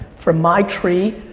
from my tree,